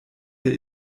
der